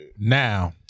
Now